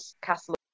Castle